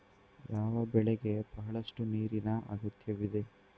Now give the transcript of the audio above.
ಯಾವ ಬೆಳೆಗೆ ಬಹಳಷ್ಟು ನೀರಿನ ಅಗತ್ಯವಿದೆ?